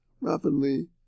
rapidly